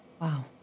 Wow